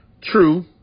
True